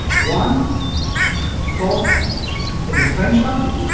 one fought in the french army.